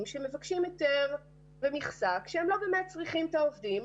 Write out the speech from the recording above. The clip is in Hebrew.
שמבקשים היתר ומכסה כשהם לא באמת צריכים את העובדים,